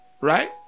Right